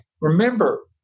remember